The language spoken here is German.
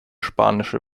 spanische